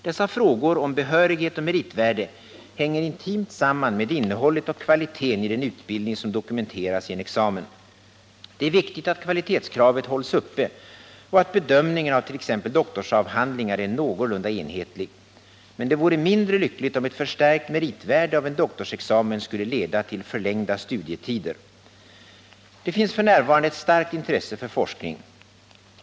Dessa frågor om behörighet och meritvärde hänger intimt samman med innehållet och kvaliteten i den utbildning som dokumenteras i en examen. Det är viktigt att kvalitetskravet hålls uppe och att bedömningen av t.ex. doktorsavhandlingar är någorlunda enhetlig. Men det vore mindre lyckligt om ett förstärkt meritvärde av doktorsexamen skulle leda till förlängda studietider. Det finns f.n. ett starkt intresse för forskning.